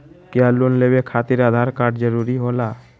क्या लोन लेवे खातिर आधार कार्ड जरूरी होला?